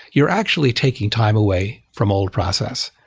you're actually taking time away from old process.